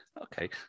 Okay